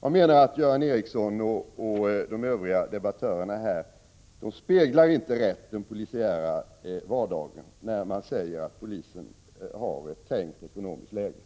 Jag menar att Göran Ericsson och de övriga debattörerna här i sina inlägg inte rätt speglar den polisiära vardagen när de säger att polisen har ett trängt ekonomiskt läge.